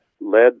led